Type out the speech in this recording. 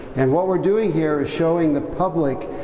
and what we're doing here is showing the public.